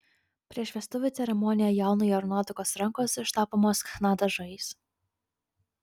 prieš vestuvių ceremoniją jaunojo ir nuotakos rankos ištapomos chna dažais